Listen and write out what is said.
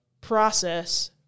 process